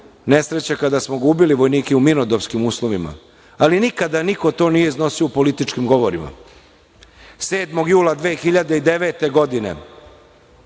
nesreće kada smo gubili vojnike u mirnodopskim uslovima, ali nikada niko to nije iznosio u političkim govorima. Sedmog jula 2009. godine